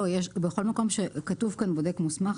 בכל מקום שכתוב כאן בודק מוסמך,